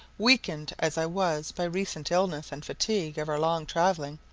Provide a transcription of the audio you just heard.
weakened as i was by recent illness and fatigue of our long travelling,